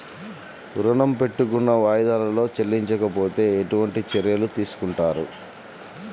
ఋణము పెట్టుకున్న వాయిదాలలో చెల్లించకపోతే ఎలాంటి చర్యలు తీసుకుంటారు?